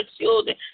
children